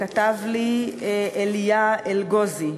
כתב לי אליה אלגוזי.